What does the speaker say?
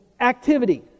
activity